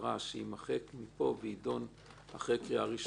שיימחק מפה ויידון אחרי קריאה ראשונה.